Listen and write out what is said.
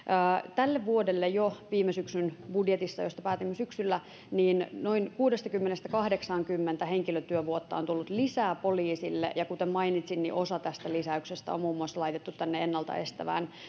tälle vuodelle jo viime syksyn budjetista josta päätimme syksyllä noin kuudestakymmenestä kahdeksaankymmeneen henkilötyövuotta on tullut lisää poliisille ja kuten mainitsin niin osa tästä lisäyksestä on muun muassa laitettu tänne ennalta estävään